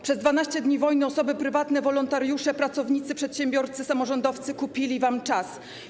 Przez 12 dni wojny osoby prywatne, wolontariusze, pracownicy, przedsiębiorcy, samorządowcy kupili wam czas.